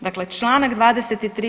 Dakle, čl. 23.